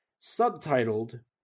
subtitled